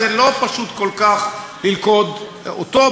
זה לא פשוט כל כך ללכוד אותו,